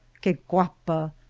que guapa!